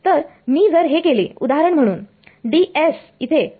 तर मी जर हे केले उदाहरण म्हणून ds इथे